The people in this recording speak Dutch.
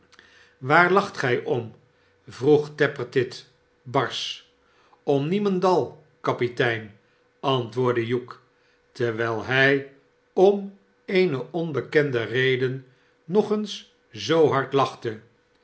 waar lacht gij om vroeg tappertit barsch om niemendal kapitein j antwoordde hugh terwijl hij om eene onbekende reden nog een zoo hard lachte